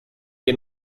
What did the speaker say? que